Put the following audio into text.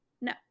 no